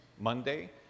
Monday